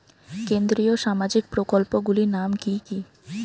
কেন্দ্রীয় সামাজিক প্রকল্পগুলি নাম কি কি?